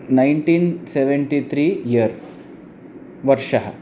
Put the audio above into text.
nineteen seventy three year वर्षः